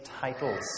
titles